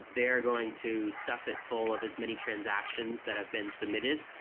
they're going to stuff it full of as many transactions that have been submitted.